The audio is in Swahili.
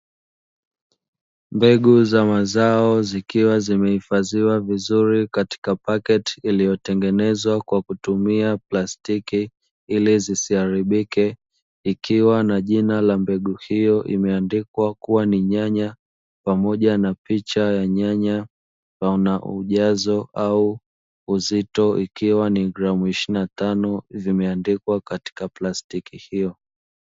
Mbegu za mazao zikiwa zimehifadhiwa vizuri katika pakiti iliyotengenezwa kwa kutumia plastiki ile zisiharibike, ikiwa na jina la mbegu hiyo imeandikwa kuwa ni nyanya pamoja na picha ya nyanya na ujazo au uzito ikiwa ni gramu 25 zimeandikwa katika plastiki hiyo.